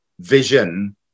vision